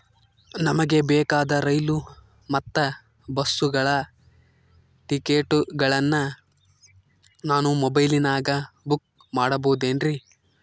ನಮಗೆ ಬೇಕಾದ ರೈಲು ಮತ್ತ ಬಸ್ಸುಗಳ ಟಿಕೆಟುಗಳನ್ನ ನಾನು ಮೊಬೈಲಿನಾಗ ಬುಕ್ ಮಾಡಬಹುದೇನ್ರಿ?